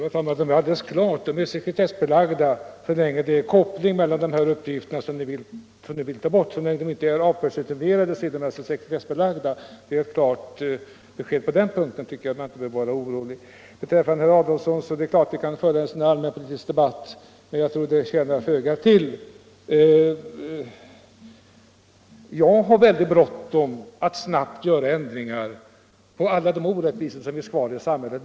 Herr talman! Det är alldeles klart att uppgifterna är sekretessbelagda. Så länge uppgifterna inte är avpersonifierade är de alltså sekretessbelagda. Det är klart besked. På den punkten tycker jag inte man behöver vara orolig. Till herr Adolfsson vill jag säga: Det är klart vi kan föra en allmänpolitisk debatt, men jag tror det tjänar föga till. Jag har väldigt bråttom med att göra ändringar på alla de orättvisor som finns kvar i samhället.